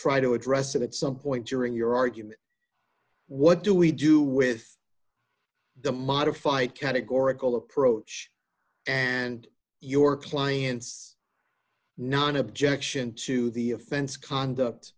try to address it at some point during your argument what do we do with the modify categorical approach and your client's not an objection to the offense conduct